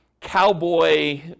cowboy